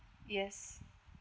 yes